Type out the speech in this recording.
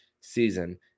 season